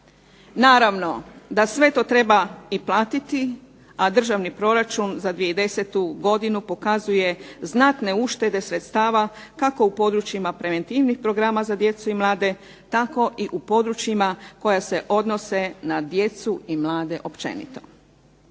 Naravno da sve to treba i platiti, a Državni proračun za 2010. godinu pokazuje znatne uštede sredstava kako u područjima preventivnih programa za djecu i mlade tako i u područjima koja se odnose na djecu i mlade općenito.